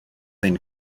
then